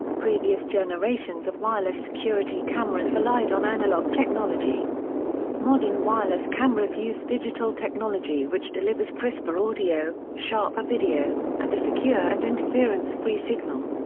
previous generations of wireless security cameras relied on analog technology modern wireless cameras use digital technology which delivers crisper audio, sharper video, and a secure and interference-free signal.